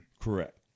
Correct